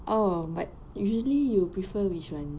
oh but usually you prefer which one